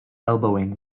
elbowing